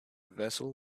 vessel